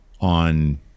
on